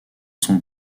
son